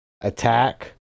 attack